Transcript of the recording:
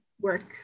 work